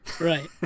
Right